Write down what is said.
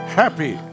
happy